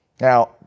Now